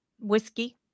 whiskey